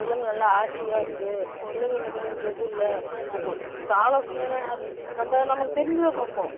விலங்கு நல்லா ஆக்ட்டிவாக இருக்குது விலங்கு நம்மளை எந்த இதுவும் இல்லை அப்படின்போம் இந்த ஆலோசனையெல்லாம் யார் நம்ம நமக்கு தெரிஞ்சதைப் பார்ப்போம்